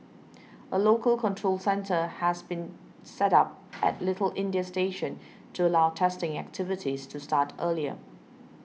a local control centre has also been set up at Little India station to allow testing activities to start earlier